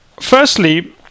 firstly